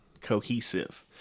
cohesive